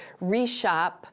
reshop